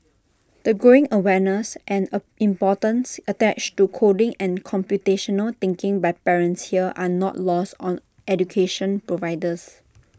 the growing awareness and A importance attached to coding and computational thinking by parents here are not lost on education providers